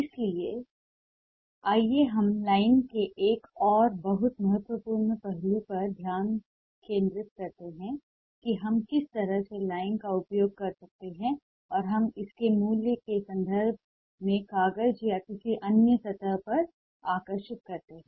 इसलिए आइए हम लाइन के एक और बहुत महत्वपूर्ण पहलू पर ध्यान केंद्रित करते हैं कि हम किस तरह से लाइन का उपयोग कर सकते हैं हम इसके मूल्य के संदर्भ में कागज या किसी अन्य सतह पर आकर्षित करते हैं